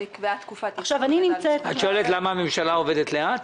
ונקבעה תקופת --- את שואלת למה הממשלה עובדת לאט?